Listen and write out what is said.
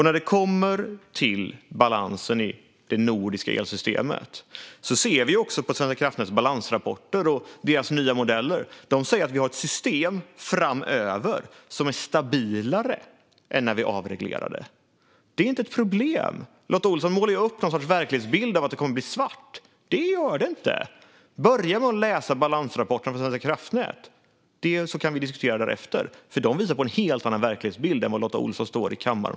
När det gäller balansen i det nordiska elsystemet ser vi också på balansrapporterna från Svenska kraftnät och deras nya modeller att systemet framöver är stabilare än vid avregleringen. Det är inte ett problem. Lotta Olsson målar upp något slags verklighetsbild som innebär att det ska bli svart. Det blir det inte. Börja med att läsa balansrapporterna från Svenska kraftnät. Därefter kan vi diskutera. De visar på en helt annan verklighetsbild än den Lotta Olsson talar om i kammaren.